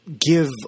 give